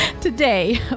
today